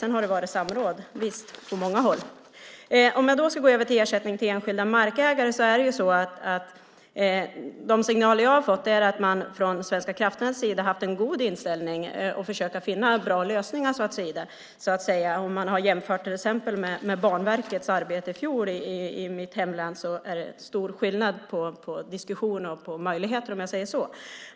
Sedan har det varit samråd, visst, på många håll. Om jag ska gå över till ersättning till enskilda markägare är de signaler som jag har fått att man från Svenska kraftnäts sida har haft en bra inställning och försökt finna bra lösningar. Om man till exempel jämför med Banverkets arbete i fjol i mitt hemlän är det stor skillnad på diskussion och möjligheter, om jag säger så.